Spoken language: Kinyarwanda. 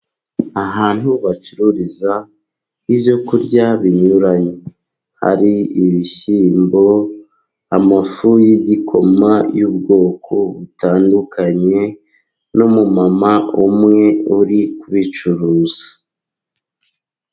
Ahantu bacururiza, ibyo kurya binyuranye hari ibishyimbo, amafu y'igikoma y'ubwoko butandukanye n'umumama umwe uri kubicuruza.